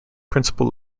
principal